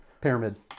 Pyramid